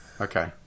Okay